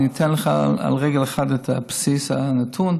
ואני אתן לך על רגל אחת את בסיס הנתון,